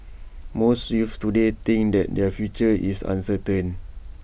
most youths today think that their future is uncertain